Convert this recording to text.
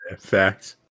Facts